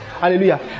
Hallelujah